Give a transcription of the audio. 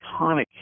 iconic